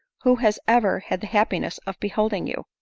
who has ever had the happiness of beholding you.